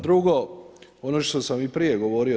Drugo, ono što sam i prije govorio.